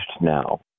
now